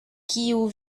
kiu